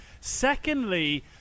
Secondly